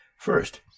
first